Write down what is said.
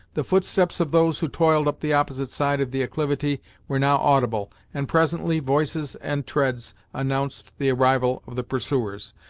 the footsteps of those who toiled up the opposite side of the acclivity were now audible, and presently voices and treads announced the arrival of the pursuers.